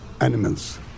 animals